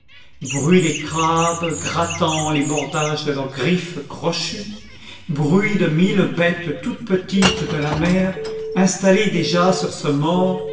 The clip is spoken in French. bruit des crabes grattant les bordages de leurs griffes crochues bruit de mille bêtes toutes petites de la mer installées déjà sur ce mort